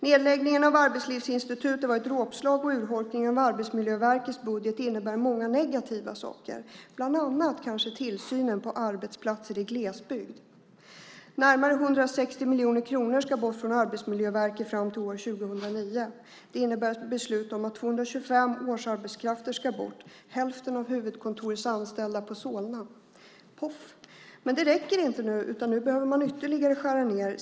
Nedläggningen av Arbetslivsinstitutet var ett dråpslag, och urholkningen av Arbetsmiljöverkets budget innebär många negativa saker, bland annat kanske för tillsynen på arbetsplatser i glesbygd. Närmare 160 miljoner kronor ska bort från Arbetsmiljöverket fram till år 2009. Det innebär beslut om att 225 årsarbetskrafter ska bort, hälften av huvudkontorets anställda i Solna. Men det räcker inte, utan nu behöver man ytterligare skära ned.